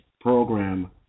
program